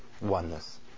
oneness